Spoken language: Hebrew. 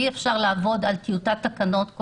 אי אפשר לעבוד כל הזמן על טיוטת תקנות.